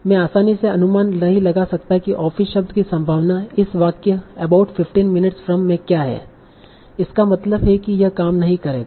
मैं आसानी से अनुमान नहीं लगा सकता कि ऑफिस शब्द की संभावना इस वाक्य 'अबाउट 15 मिनट्स फ्रॉम' में क्या है इसका मतलब है कि यह काम नहीं करेगा